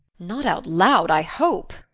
not out loud, i hope,